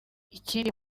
ikindi